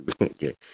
Okay